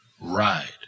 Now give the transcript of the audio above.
Ride